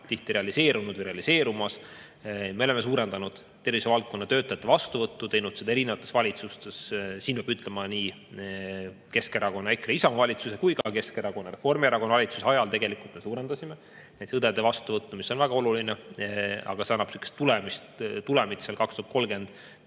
tihti realiseerunud või realiseerumas. Me oleme suurendanud tervisevaldkonna töötajate vastuvõttu, teinud seda erinevates valitsustes. Siin peab ütlema, et nii Keskerakonna, EKRE, Isamaa valitsuse kui ka Keskerakonna ja Reformierakonna valitsuse ajal suurendasime õdede vastuvõttu. See on väga oluline. Aga see annab tulemit soovitud